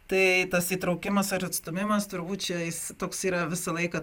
tai tas įtraukimas ar atstūmimas turbūt čia jis toks yra visą laiką